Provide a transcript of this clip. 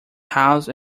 house